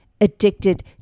addicted